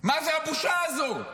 מה זה הבושה הזו?